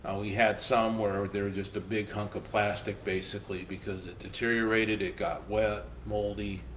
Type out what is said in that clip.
and we had some where they're just a big hunk of plastic, basically, because it deteriorated it got wet, moldy,